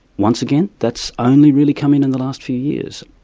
once again, that's only really come in in the last few years.